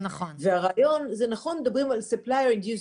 והרעיון זה שמדברים על Supplier-induced